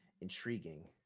intriguing